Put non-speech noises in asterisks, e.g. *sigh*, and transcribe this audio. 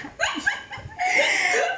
*laughs*